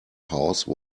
house